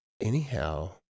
Anyhow